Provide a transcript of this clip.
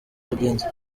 abagenzi